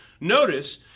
Notice